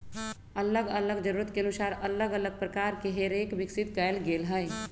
अल्लग अल्लग जरूरत के अनुसार अल्लग अल्लग प्रकार के हे रेक विकसित कएल गेल हइ